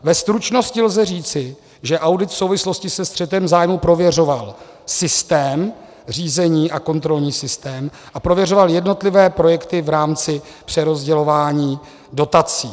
Ve stručnosti lze říci, že audit v souvislosti se střetem zájmu prověřoval systém řízení a kontrolní systém a prověřoval jednotlivé projekty v rámci přerozdělování dotací.